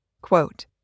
Quote